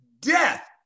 Death